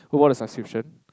who won the subscription